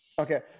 Okay